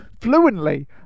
Fluently